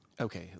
okay